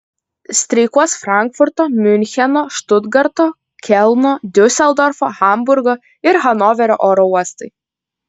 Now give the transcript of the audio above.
streikuos frankfurto miuncheno štutgarto kelno diuseldorfo hamburgo ir hanoverio oro uostai